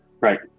Right